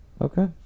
okay